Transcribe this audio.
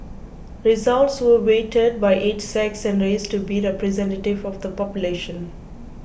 results were weighted by age sex and race to be representative of the population